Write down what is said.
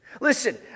Listen